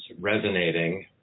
resonating